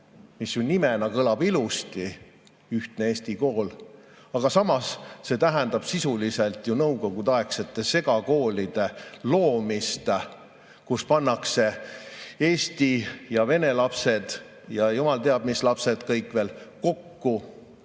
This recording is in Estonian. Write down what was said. mis ju nimena kõlab ilusti – ühtne eesti kool –, aga see tähendab sisuliselt nõukogudeaegsete segakoolide loomist, kus pannakse eesti ja vene lapsed ja jumal teab mis lapsed kõik veel kokku.